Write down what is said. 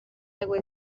aigua